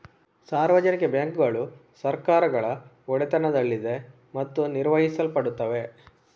ಸಾರ್ವಜನಿಕ ಬ್ಯಾಂಕುಗಳು ಸರ್ಕಾರಗಳ ಒಡೆತನದಲ್ಲಿದೆ ಮತ್ತು ನಿರ್ವಹಿಸಲ್ಪಡುತ್ತವೆ